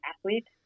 athlete